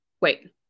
wait